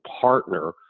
partner